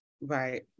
Right